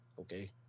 okay